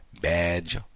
badge